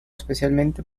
especialmente